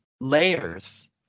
layers